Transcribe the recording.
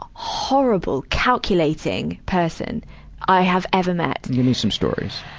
ah horrible, calculating person i have ever met. gimme some stories.